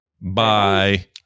Bye